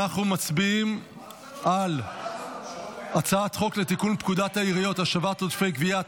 אנחנו מצביעים על הצעת חוק לתיקון פקודת העיריות (השבת עודפי גבייה),